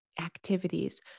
activities